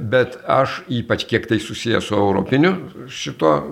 bet aš ypač kiek tai susiję su europiniu šituo